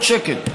לא מקבלות שקל.